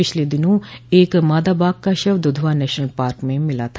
पिछले दिनों एक मादा बाघ का शव दुधवा नेशनल पार्क में मिला था